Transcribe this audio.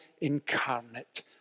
incarnate